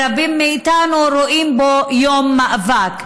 ורבים מאיתנו רואים בו יום מאבק,